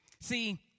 See